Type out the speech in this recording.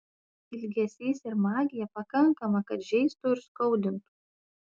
ilgesys ir magija pakankama kad žeistų ir skaudintų